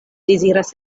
deziras